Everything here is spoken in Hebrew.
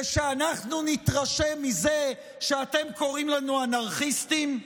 ושאנחנו נתרשם מזה שאתם קוראים לנו אנרכיסטים?